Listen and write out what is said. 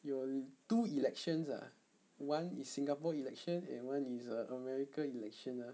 有 two elections ah one is singapore election and one is uh america election uh